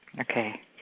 Okay